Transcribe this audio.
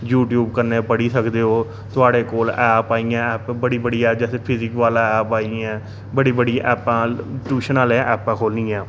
U tube कन्नै पढ़ी सकदे ओ थुआढ़े कोल ऐप आइयां ऐप बड़ी बड़ी ऐ जि'यां फिजिक वाला ऐप आइ ऐ बड़ी बड़ी ऐप्पां ट्यूशन आह्लें ऐप्पां खोह्ली दियां